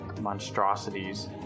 monstrosities